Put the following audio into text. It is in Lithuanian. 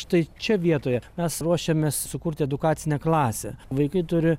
štai čia vietoje mes ruošiamės sukurti edukacinę klasę vaikai turi